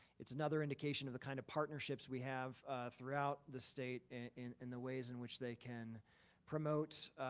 it's another indication of the kind of partnerships we have throughout the state in in the ways in which they can promote